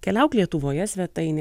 keliauk lietuvoje svetainėje